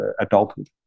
adulthood